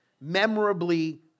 memorably